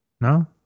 No